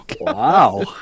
wow